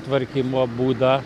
tvarkymo būdą